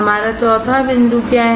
हमारा चौथा बिंदु क्या है